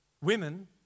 women